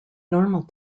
normal